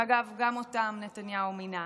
שאגב גם אותם נתניהו מינה.